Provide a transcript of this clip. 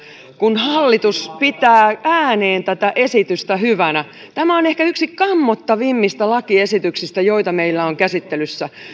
kun hallitus pitää ääneen tätä esitystä hyvänä tämä on ehkä yksi kammottavimmista lakiesityksistä joita meillä on käsittelyssä